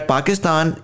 Pakistan